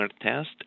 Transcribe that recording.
test